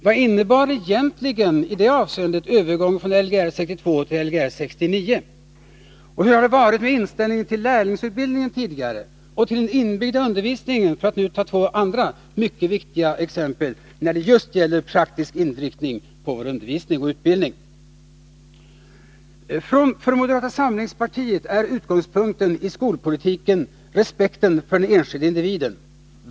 Vad innebar i det avseendet övergången från Lgr 62 till Lgr 69? Och hur har det tidigare varit med inställningen till lärlingsutbildningen och till den inbyggda undervisningen — för att nu ta två andra mycket talande exempel när det gäller just praktisk inriktning på vår undervisning och utbildning? För moderata samlingspartiet är utgångspunkten i skolpolitiken respekten för den enskilda individen.